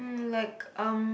like um